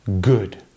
good